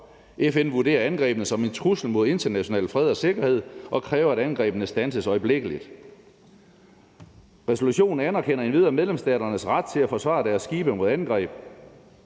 FN vurderer angrebene som en trussel mod international fred og sikkerhed og kræver, at angrebene standses øjeblikkeligt. Resolutionen anerkender endvidere medlemsstaternes ret til at forsvare deres skibe mod angreb.